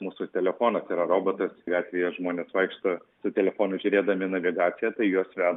mūsų telefonas yra robotas gatvėje žmonės vaikšto su telefonu žiūrėdami navigaciją tai juos veda